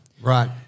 Right